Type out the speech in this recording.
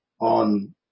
on